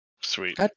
Sweet